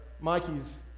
Mikey's